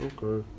Okay